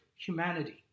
humanity